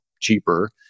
cheaper